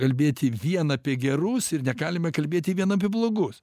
kalbėti vien apie gerus ir negalime kalbėti vien apie blogus